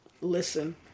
listen